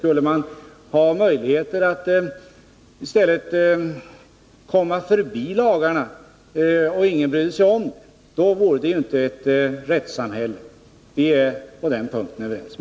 Skulle det finnas möjligheter för människor att kringgå lagarna utan att någon brydde sig om det, skulle vi inte ha ett rättssamhälle. Vi är på den punkten överens.